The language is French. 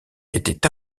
était